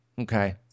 Okay